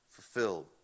fulfilled